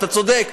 אתה צודק,